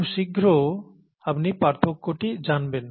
খুব শীঘ্র আপনি পার্থক্যটি জানবেন